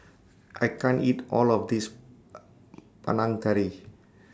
I can't eat All of This Panang Curry